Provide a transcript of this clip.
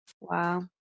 Wow